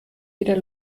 wieder